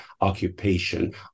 occupation